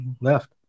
left